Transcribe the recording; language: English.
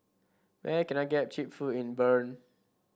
where can I get cheap food in Bern